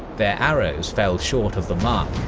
their arrows fell short of the mark,